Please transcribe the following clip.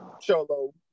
Cholo